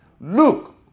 Look